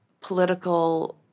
political